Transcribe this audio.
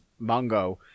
Mongo